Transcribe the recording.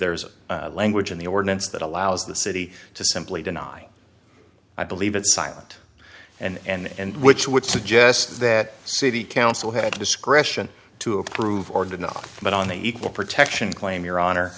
there is a language in the ordinance that allows the city to simply deny i believe it silent and and which would suggest that city council had discretion to approve or did not but on the equal protection claim your honor